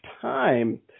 time